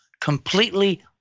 completely